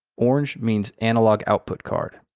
orange means analog output card.